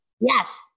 Yes